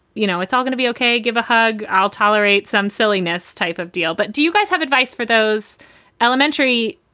you know, it's all going to be ok. give a hug. i'll tolerate some silliness type of deal. but do you guys have advice for those elementary,